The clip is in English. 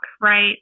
right